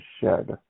shed